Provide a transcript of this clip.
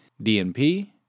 DNP